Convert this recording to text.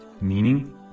meaning